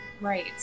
Right